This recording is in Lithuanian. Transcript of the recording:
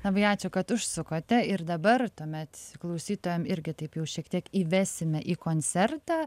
labai ačiū kad užsukote ir dabar tuomet klausytojam irgi taip jau šiek tiek įvesime į koncertą